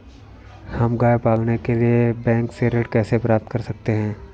हम गाय पालने के लिए बैंक से ऋण कैसे प्राप्त कर सकते हैं?